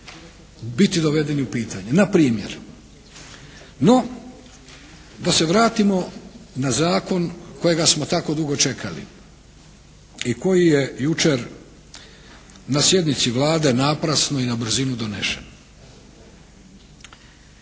biti dovedeni u pitanje. Na primjer, no da se vratimo na zakon kojega smo tako dugo čekali i koji je jučer na sjednici Vlade naprasno i na brzinu donešen.